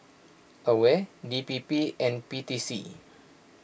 Aware D P P and P T C